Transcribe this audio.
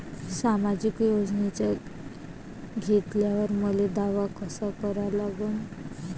सामाजिक योजना घेतल्यावर मले दावा कसा करा लागन?